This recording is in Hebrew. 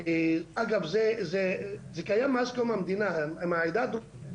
אגב, זה קיים מאז קום המדינה, העדה הדרוזית,